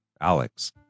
Alex